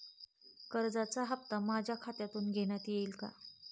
कर्जाचा हप्ता माझ्या खात्यातून घेण्यात येईल का?